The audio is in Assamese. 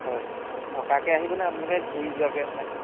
হয় থকাকৈ আহিবনে আপোনালোকে ঘূৰি যোৱাকৈ আহিব